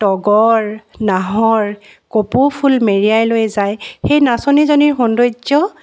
তগৰ নাহৰ কপৌ ফুল মেৰিয়াই লৈ যায় সেই নাচনীজনীৰ সৌন্দৰ্য